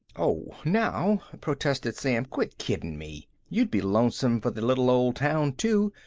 oh, now, protested sam, quit kiddin' me! you'd be lonesome for the little old town, too,